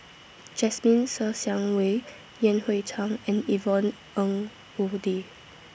Jasmine Ser Xiang Wei Yan Hui Chang and Yvonne Ng Uhde